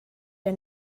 der